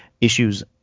issues